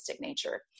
nature